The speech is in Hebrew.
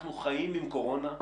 אנחנו חיים עם קורונה,